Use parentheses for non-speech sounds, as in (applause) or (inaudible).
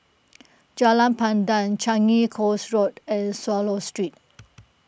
(noise) Jalan Pandan Changi Coast Walk and Swallow Street